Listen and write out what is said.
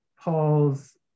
Paul's